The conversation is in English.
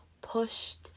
pushed